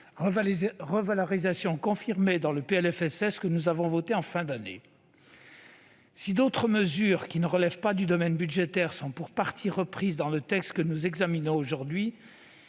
de la sécurité sociale que nous avons voté en fin d'année. Si d'autres mesures, qui ne relèvent pas du domaine budgétaire, sont pour partie reprises dans le texte que nous examinons aujourd'hui,